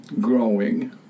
growing